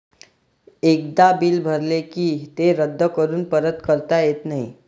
एकदा बिल भरले की ते रद्द करून परत करता येत नाही